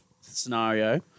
scenario